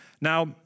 Now